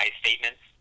statements